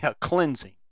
cleansing